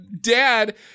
dad